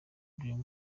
dream